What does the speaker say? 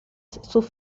sus